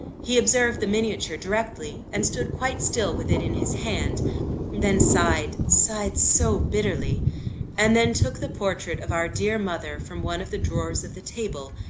he observed the miniature directly and stood quite still with it in his hand then sighed sighed so bitterly and then took the portrait of our dear mother from one of the drawers of the table,